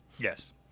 Yes